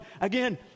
Again